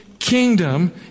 kingdom